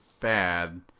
bad